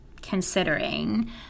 considering